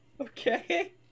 Okay